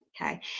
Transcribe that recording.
okay